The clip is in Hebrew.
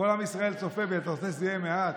וכל עם ישראל צופה בי, אתה רוצה שזה יהיה מעט?